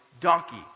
donkey